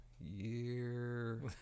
year